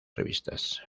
revistas